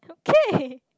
okay